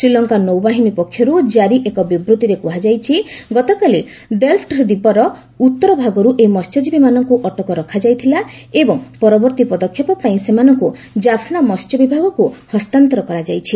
ଶ୍ରୀଲଙ୍କା ନୌବାହିନୀ ପକ୍ଷରୁ ଜାରି ଏକ ବିବୃତ୍ତିରେ କୁହାଯାଇଛି ଗତକାଲି ଡେଲ୍ଫୁ ଦ୍ୱୀପର ଉତ୍ତର ଭାଗରୁ ଏହି ମହ୍ୟଜୀବୀମାନଙ୍କୁ ଅଟକ ରଖାଯାଇଥିଲା ଏବଂ ପରବର୍ତ୍ତୀ ପଦକ୍ଷେପ ପାଇଁ ସେମାନଙ୍କୁ ଜାଫ୍ନା ମସ୍ୟ ବିଭାଗକୁ ହସ୍ତାନ୍ତର କରାଯାଇଛି